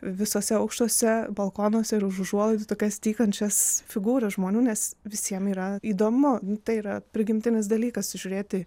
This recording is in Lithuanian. visuose aukštuose balkonuose ir už užuolaidų tokias tykančias figūras žmonių nes visiem yra įdomu tai yra prigimtinis dalykas žiūrėti